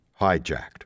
Hijacked